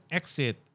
exit